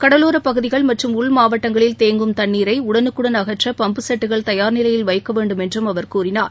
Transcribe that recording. கடலோரப் பகுதிகள் மற்றும் உள் மாவட்டங்களில் தேங்கும் தண்ணீரைஉடனுக்குடன் அகற்றபம்ப் செட்டுகள் தயார் நிலையில் வைக்கவேண்டும் என்றும் அவர் கூறினார்